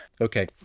Okay